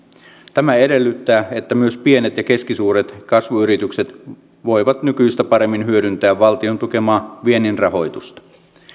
tämä edellyttää että myös pienet ja keskisuuret kasvuyritykset voivat nykyistä paremmin hyödyntää valtion tukemaa viennin rahoitusta